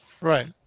right